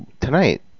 tonight